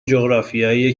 جغرافیایی